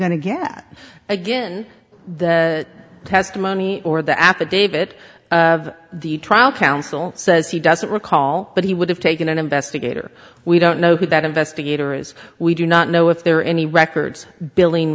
that again the testimony or the affidavit of the trial counsel says he doesn't recall but he would have taken an investigator we don't know who that investigator is we do not know if there are any records billing